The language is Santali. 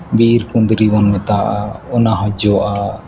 ᱵᱤᱨ ᱠᱩᱫᱽᱨᱤ ᱵᱚᱱ ᱢᱮᱛᱟᱜᱼᱟ ᱚᱱᱟ ᱦᱚᱸ ᱡᱚᱜᱼᱟ